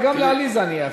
וגם לעליזה אני אאפשר.